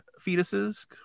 fetuses